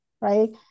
right